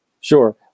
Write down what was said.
Sure